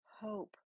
hope